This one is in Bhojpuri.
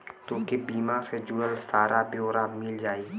तोके बीमा से जुड़ल सारा ब्योरा मिल जाई